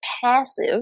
passive